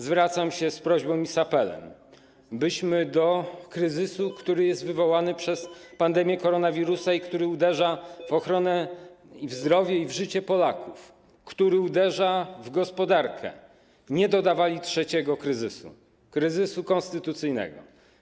Zwracam się z prośbą i apelem, byśmy do kryzysu, który jest wywołany przez pandemię koronawirusa i który uderza w ochronę zdrowia oraz w zdrowie i życie Polaków, który uderza w gospodarkę, nie dodawali trzeciego kryzysu: kryzysu konstytucyjnego.